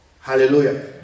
Hallelujah